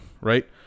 right